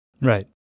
Right